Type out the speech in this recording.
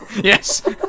Yes